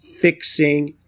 fixing